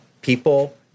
people